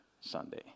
Sunday